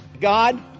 God